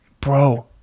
bro